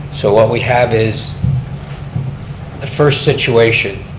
so what we have is the first situation,